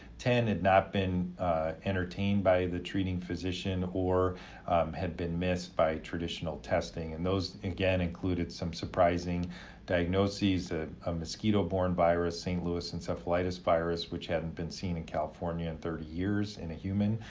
ten had not been entertained by the treating physician or had been missed by traditional testing and those again, included some surprising diagnosis, ah a mosquito-borne virus, st. louis encephalitis virus, which hadn't been seen in california in thirty years in a human.